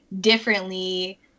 differently